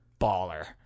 baller